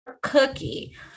cookie